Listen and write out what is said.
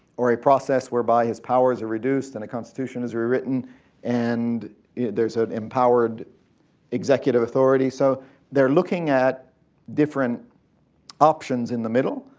or a process whereby his powers are reduced and the constitution is rewritten and theres an empowered executive authority. so theyre looking at different options in the middle,